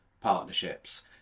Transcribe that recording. partnerships